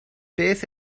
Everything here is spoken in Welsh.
beth